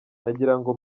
nagirango